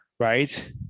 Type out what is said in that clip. Right